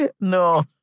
No